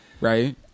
Right